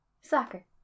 soccer